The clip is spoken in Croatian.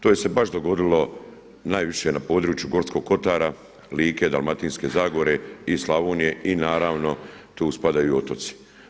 To je se baš dogodilo najviše na području Gorskog kotara, Like, Dalmatinske zagore i Slavonije i naravno tu spadaju otoci.